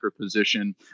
position